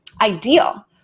ideal